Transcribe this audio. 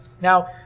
Now